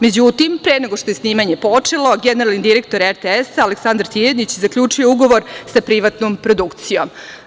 Međutim, pre nego što je snimanje počelo, generalni direktor RTS, Aleksandar Tijanić, zaključio je ugovor sa privatnom produkcijom.